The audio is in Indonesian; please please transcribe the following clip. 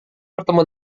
bertemu